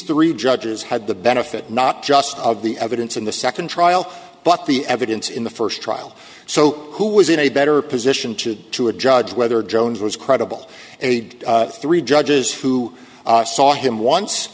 three judges had the benefit not just of the evidence in the second trial but the evidence in the first trial so who was in a better position to to a judge whether jones was credible aid three judges who saw him